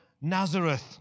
Nazareth